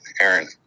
Aaron